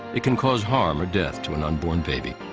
it can cause harm or death to an unborn baby.